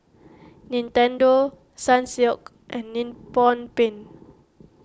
Nintendo Sunsilk and Nippon Paint